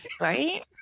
Right